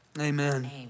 Amen